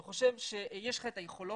אני חושב שיש לך את היכולות